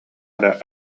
эрэ